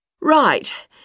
Right